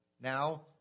now